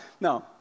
No